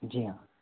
जी हाँ